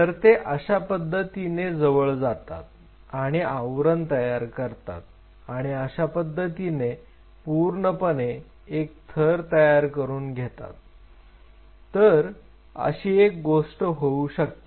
तर ते अशा पद्धतीने जवळ जातात आणि आवरण तयार करतात आणि अशा पद्धतीने पूर्णपणे एक थर तयार करून घेतात तर अशी एक गोष्ट होऊ शकते